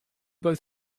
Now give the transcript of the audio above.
both